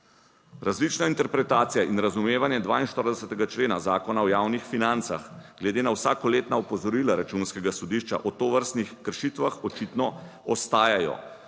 Različna interpretacija in razumevanje 42. člena Zakona o javnih financah glede na vsakoletna opozorila Računskega sodišča o tovrstnih kršitvah očitno ostajajo.